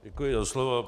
Děkuji za slovo.